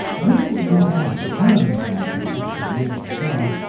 when we at last returned from the caves to the nearby town,